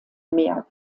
mehr